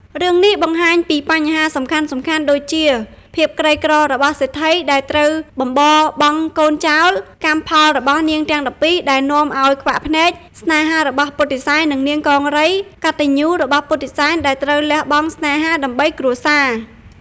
រឿងនេះបង្ហាញពីបញ្ហាសំខាន់ៗដូចជា ភាពក្រីក្ររបស់សេដ្ឋីដែលត្រូវបំបរបង់កូនចោល កម្មផលរបស់នាងទាំង១២ដែលនាំឲ្យខ្វាក់ភ្នែក ស្នេហារបស់ពុទ្ធិសែន និងនាងកង្រី កត្តញ្ញូរបស់ពុទ្ធិសែនដែលត្រូវលះបង់ស្នេហាដើម្បីគ្រួសារ។